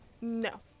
No